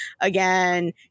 Again